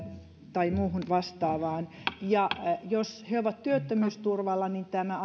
tai muuhun vastaavaan ja jos he ovat työttömyysturvalla niin tämä